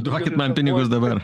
duokit man pinigus dabar